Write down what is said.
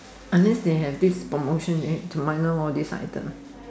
unless they have this promotion then minus all these items